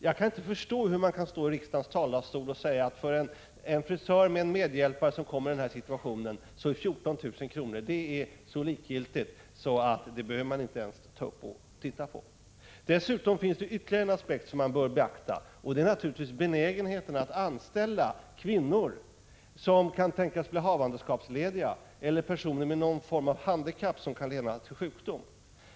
Jag kan inte förstå hur man kan stå i riksdagens talarstol och säga att för en frisör med en medhjälpare som kommer i den här situationen är 14 000 kr. så likgiltigt att vi inte ens behöver ta upp det och se på det hela. Dessutom bör man beakta ytterligare en aspekt. Det är benägenheten att anställa kvinnor, som kan tänkas bli havandeskapslediga, och personer med någon form av handikapp som kan leda till sjukdom.